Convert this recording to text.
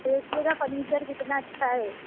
دیکھیے گا فرنیچر کتنا اچھا ہے